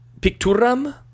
picturam